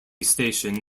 station